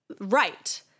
right